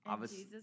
Jesus